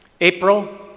April